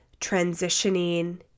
transitioning